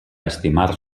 estimar